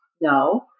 No